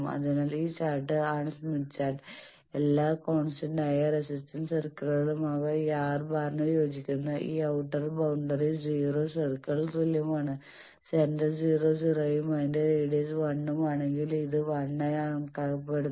അതിനാൽ ഈ ചാർട്ട് ആണ് സ്മിത്ത് ചാർട്ട് എല്ലാ കോൺസ്റ്റന്റായ റെസിസ്റ്റന്റ് സർക്കിളുകളും അവ ഇതാണ്R⁻ന് യോജിക്കുന്ന ഈ ഔട്ടർ ബൌണ്ടറി 0 സർക്കിളിന് തുല്യമാണ് സെന്റർ 0 0 യും അതിന്റെ റേഡിയസ് 1 ഉം ആണെങ്കിൽ ഇത് 1 ആയി കണക്കാക്കപ്പെടുന്നു